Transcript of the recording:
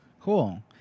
Cool